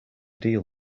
deal